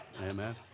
Amen